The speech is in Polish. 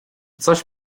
coś